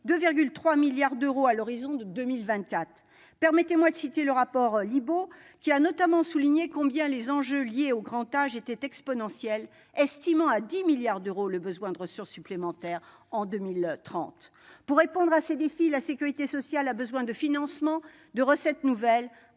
2,3 milliards d'euros à l'horizon de 2024 ? Permettez-moi de citer le rapport Libault, qui a notamment souligné combien les enjeux liés au grand âge étaient exponentiels et estimé à 10 milliards d'euros le besoin de ressources supplémentaires en 2030. Pour répondre à ces défis, la sécurité sociale a besoin de financements, de recettes nouvelles.